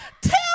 tell